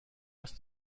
است